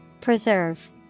Preserve